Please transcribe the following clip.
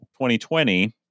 2020